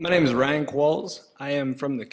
my name is rank walls i am from the